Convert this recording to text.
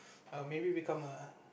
I will maybe become a